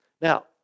Now